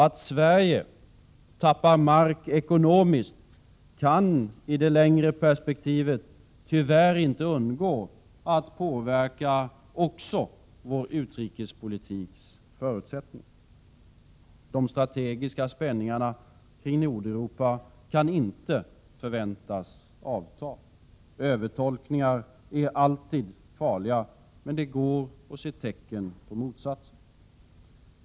Att Sverige ekonomiskt tappar mark kan i det längre perspektivet tyvärr inte undgå att också påverka vår utrikespolitiks förutsättningar. De strategiska spänningarna kring Nordeuropa kan inte förväntas avta. Övertolkningar är alltid farliga, men det går att se tecken på motsatsen.